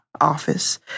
office